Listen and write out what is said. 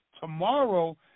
tomorrow